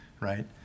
right